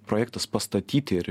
projektas pastatyti ir